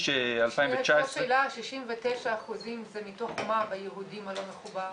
2019- -- 69% זה מתוך מה ביהודים לא מחובר?